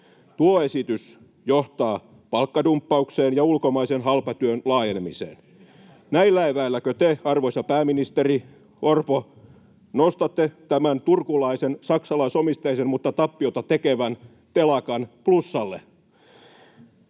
Tuo esitys johtaa palkkadumppaukseen ja ulkomaisen halpatyön laajenemiseen. [Timo Heinonen: Ei pidä paikkaansa!] Näillä eväilläkö te, arvoisa pääministeri Orpo, nostatte tämän turkulaisen, saksalaisomisteisen mutta tappiota tekevän telakan plussalle?